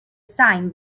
sign